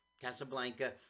Casablanca